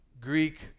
Greek